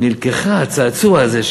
הצעצוע הזה,